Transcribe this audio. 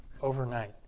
overnight